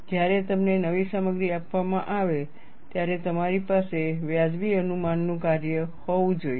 જ્યારે તમને નવી સામગ્રી આપવામાં આવે ત્યારે તમારી પાસે વાજબી અનુમાન નું કાર્ય હોવું જોઈએ